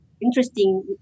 interesting